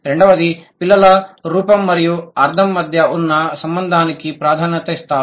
రెండవది పిల్లలు రూపం మరియు అర్థం మధ్య ఉన్న సంబంధానికి ప్రాధాన్యతనిస్తారు